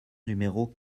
numéro